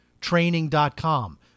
Training.com